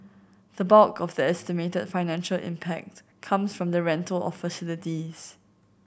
the bulk of the estimated financial impact comes from the rental of facilities